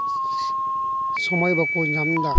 ᱥᱚᱢᱚᱭ ᱵᱟᱠᱚ ᱧᱟᱢᱫᱟ